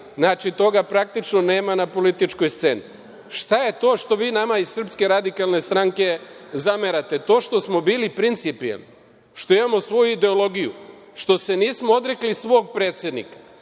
znači, toga praktično nema na političkoj sceni. Šta je to što vi nama iz SRS zamerate? To što smo bili principijelni, što imamo svoju ideologiju, što se nismo odrekli svog predsednika?